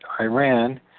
Iran